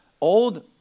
old